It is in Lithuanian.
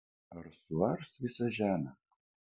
ar suars visą žemę